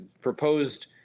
proposed